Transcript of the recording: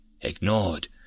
ignored